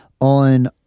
on